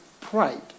pride